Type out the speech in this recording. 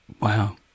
Wow